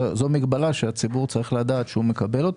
זאת מגבלה שהציבור צריך לדעת שהוא מקבל,